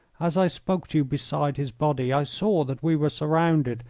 as i spoke to you beside his body i saw that we were surrounded,